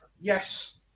Yes